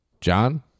John